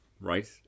right